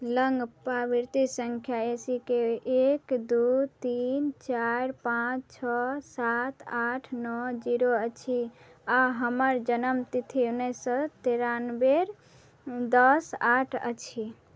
लग पावती सँख्या ए सी के एक दुइ तीन चारि पाँच छओ सात आठ नओ जीरो अछि आओर हमर जनमतिथि उनैस सओ तेरानवे दस आठ अछि